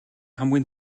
хамгийн